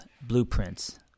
blueprints